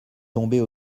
tomber